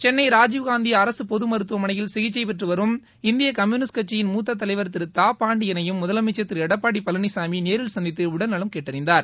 சென்னை ராஜீவ்காந்தி அரசு பொது மருத்துவமனையில் சிகிச்சை பெற்று வரும் இந்திய கம்யுனிஸ்ட் கட்சியின் மூத்த தலைவர் திரு தா பாண்டியனைவும் முதலமைச்சர் திரு எடப்பாடி பழனிசாமி நேரில் சந்தித்து உடல் நலன் குறித்து கேட்டறிந்தார்